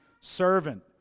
servant